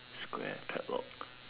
square padlock